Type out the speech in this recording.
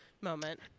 moment